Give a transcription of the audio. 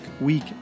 week